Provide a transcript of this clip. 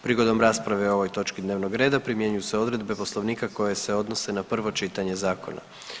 Prigodom rasprave o ovoj točki dnevnog reda primjenjuju se odredbe Poslovnika koje se odnose na prvo čitanje zakona.